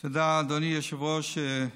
תודה, אדוני היושב-ראש.